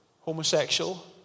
homosexual